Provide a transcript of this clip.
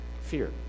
Fear